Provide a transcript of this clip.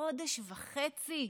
חודש וחצי.